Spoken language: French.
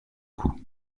coup